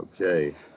Okay